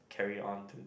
carry on to